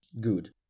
good